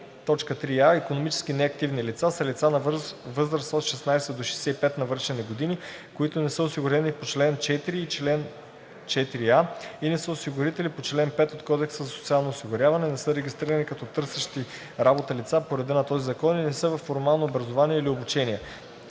„3а. „Икономически неактивни лица“ са лица на възраст от 16 до 65 навършени години, които не са осигурени по чл. 4 и чл. 4а и не са осигурители по чл. 5 от Кодекса за социално осигуряване, не са регистрирани като търсещи работа лица по реда на този закон и не са във формално образование или обучение.